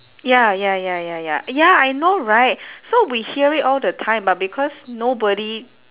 ya ya ya ya ya ya I know right so we hear it all the time but because nobody